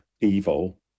evil